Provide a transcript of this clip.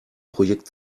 projekt